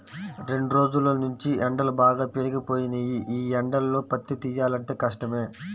రెండ్రోజుల్నుంచీ ఎండలు బాగా పెరిగిపోయినియ్యి, యీ ఎండల్లో పత్తి తియ్యాలంటే కష్టమే